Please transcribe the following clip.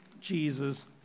Jesus